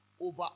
over